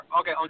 okay